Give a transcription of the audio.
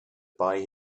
buy